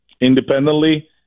independently